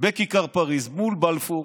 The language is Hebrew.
בכיכר פריז, מול בלפור,